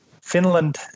Finland